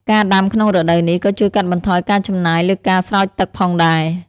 ការដាំក្នុងរដូវនេះ ក៏ជួយកាត់បន្ថយការចំណាយលើការស្រោចទឹកផងដែរ។